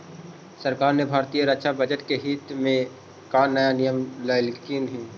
सरकार ने भारतीय रक्षा बजट के हित में का नया नियम लइलकइ हे